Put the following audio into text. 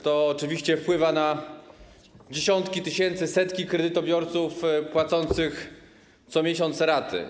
To oczywiście wpływa na dziesiątki, setki tysięcy kredytobiorców płacących co miesiąc raty.